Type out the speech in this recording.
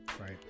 right